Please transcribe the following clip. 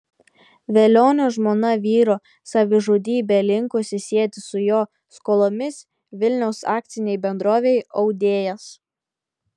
velionio žmona vyro savižudybę linkusi sieti su jo skolomis vilniaus akcinei bendrovei audėjas